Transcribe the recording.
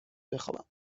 بخوابم